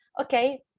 okay